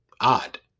odd